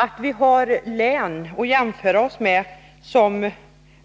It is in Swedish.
Att vi har län som